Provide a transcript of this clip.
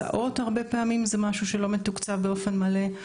הסעות הרבה פעמים זה משהו שלא מתוקצב באופן מלא.